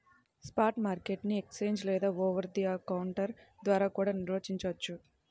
spot market ని exchange లేదా over the counter ద్వారా కూడా నిర్వహించొచ్చు